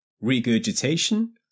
regurgitation